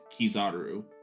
Kizaru